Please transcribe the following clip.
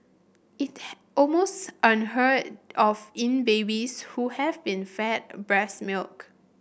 almost unheard of in babies who have been fed breast milk